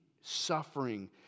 suffering